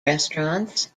restaurants